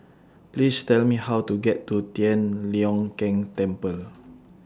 Please Tell Me How to get to Tian Leong Keng Temple